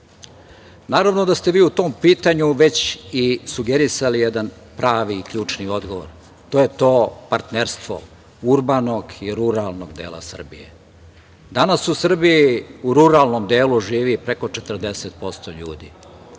ljutiti. Naravno da ste vi u tom pitanju već i sugerisali jedan pravi ključni odgovor. To je to partnerstvo urbanog i ruralnog dela Srbije. Danas u Srbiji u ruralnom delu živi preko 40% ljudi.